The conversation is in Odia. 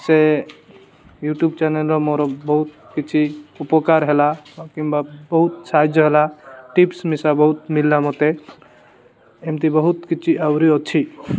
ସେ ୟୁଟ୍ୟୁବ ଚ୍ୟାନେଲର ମୋର ବହୁତ କିଛି ଉପକାର ହେଲା କିମ୍ବା ବହୁତ ସାହାଯ୍ୟ ହେଲା ଟିପ୍ସ ମିଶା ବହୁତ ମିଳିଲା ମୋତେ ଏମିତି ବହୁତ କିଛି ଆହୁରି ଅଛି